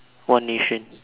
one nation